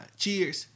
cheers